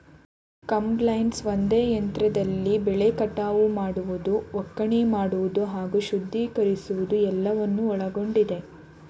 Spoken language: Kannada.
ಕಂಬೈನ್ಸ್ ಒಂದೇ ಯಂತ್ರದಲ್ಲಿ ಬೆಳೆ ಕಟಾವು ಮಾಡುವುದು ಒಕ್ಕಣೆ ಮಾಡುವುದು ಹಾಗೂ ಶುದ್ಧೀಕರಿಸುವುದು ಎಲ್ಲವನ್ನು ಒಳಗೊಂಡಿದೆ